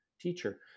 teacher